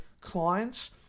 clients